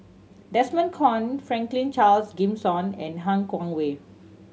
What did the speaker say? Desmond Kon Franklin Charles Gimson and Han Guangwei